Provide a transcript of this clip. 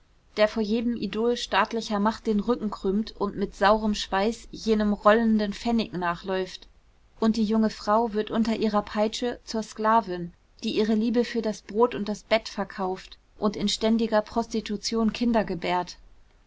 der vor jedem idol staatlicher macht den rücken krümmt und mit saurem schweiß jedem rollenden pfennig nachläuft und die junge frau wird unter ihrer peitsche zur sklavin die ihre liebe für das brot und das bett verkauft und in ständiger prostitution kinder gebärt